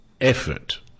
effort